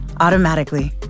Automatically